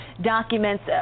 documents